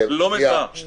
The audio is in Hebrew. היא לא מזהה.